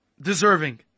deserving